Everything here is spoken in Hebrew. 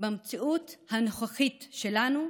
במציאות הנוכחית שלנו,